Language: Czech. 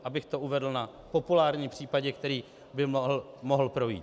Abych to uvedl na populárním případě, který by mohl projít.